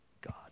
God